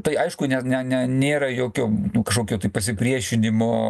tai aišku ne ne ne nėra jokio kažkokio pasipriešinimo